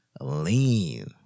Lean